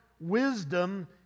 wisdom